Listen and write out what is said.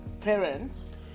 parents